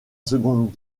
seconde